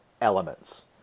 elements